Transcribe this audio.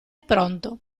pronto